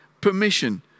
permission